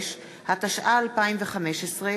46), התשע"ב 2015,